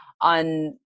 on